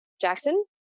Jackson